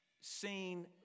seen